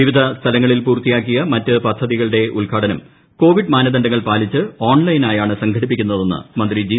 വിവിധ സ്ഥലങ്ങളിൽ പൂർത്തിയാക്കിയ ്മറ്റ് ്പദ്ധതികളുടെ ഉദ്ഘാടനം കോവിഡ് മാനദണ്ഡങ്ങൾ പ്പാ്ലിച്ച് ഓൺലൈനായാണ് സംഘടിപ്പി ക്കുന്നതെന്ന് മന്ത്രി ജി